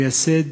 מייסד